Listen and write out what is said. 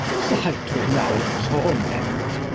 sight were now a torment